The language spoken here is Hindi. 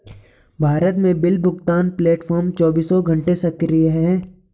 भारत बिल भुगतान प्लेटफॉर्म चौबीसों घंटे सक्रिय है